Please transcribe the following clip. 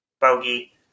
Bogey